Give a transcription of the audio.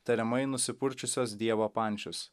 tariamai nusipurčiusios dievo pančius